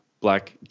black